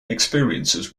experiences